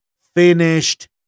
finished